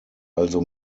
also